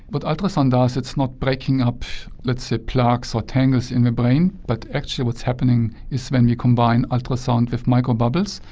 but ultrasound does, it's not breaking up, let's say, plaques or tangles in the brain, but actually what's happening is when you combine ultrasound with microbubbles,